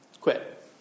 quit